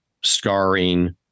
scarring